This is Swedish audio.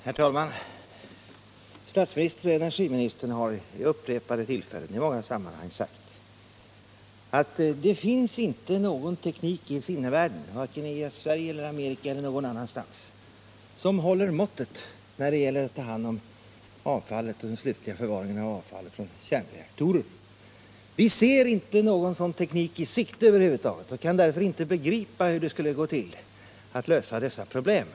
Herr talman! Statsministern och energiministern har vid upprepade tillfällen i många sammanhang sagt att det inte finns någon teknik i sinnevärlden, varken i Sverige, Amerika eller någon annanstans, som håller måttet när det gäller att ta hand om avfallet och den slutliga förvaringen av avfallet från kärnkraftsreaktorer. Vi ser inte någon sådan teknik i sikte över huvud taget och kan därför inte begripa hur det skulle gå till att lösa det problemet.